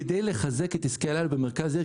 כדי לחזק את עסקי הלילה במרכז העיר,